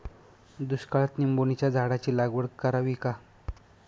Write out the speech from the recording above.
दुष्काळात निंबोणीच्या झाडाची लागवड करावी का?